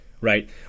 right